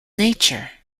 nature